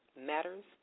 matters